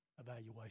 evaluation